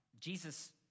Jesus